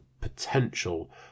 potential